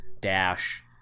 dash